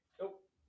nope